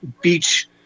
beach